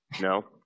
No